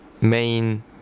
main